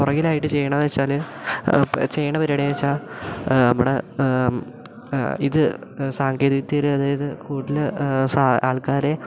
പുറകിലായിട്ട് ചെയ്യുന്നത് വെച്ചാൽ ചെയ്യുന്ന പരിപാടിയെന്നു വെച്ചാൽ നമ്മുടെ ഇത് സാങ്കേതിക വിദ്യയിൽ അതായത് കൂടുതൽ സാ ആൾക്കാരെ